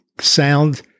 sound